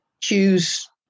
choose